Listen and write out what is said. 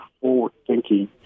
forward-thinking